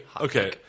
okay